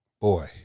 boy